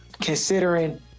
Considering